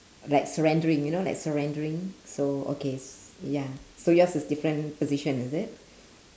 like surrendering you know like surrendering so okay s~ ya so yours is different position is it